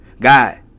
God